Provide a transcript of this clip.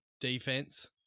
defense